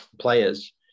players